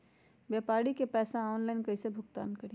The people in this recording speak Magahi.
व्यापारी के पैसा ऑनलाइन कईसे भुगतान करी?